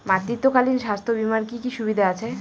মাতৃত্বকালীন স্বাস্থ্য বীমার কি কি সুবিধে আছে?